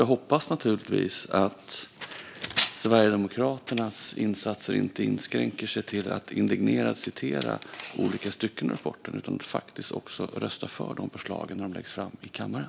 Jag hoppas naturligtvis också att Sverigedemokraternas insatser inte inskränker sig till att indignerat citera olika stycken ur rapporten utan att de faktiskt också röstar för förslagen när de läggs fram i kammaren.